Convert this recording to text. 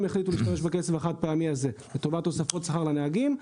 החליטו להשתמש בו לטובת תוספות שכר לנהגים.